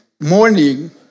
morning